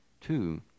Two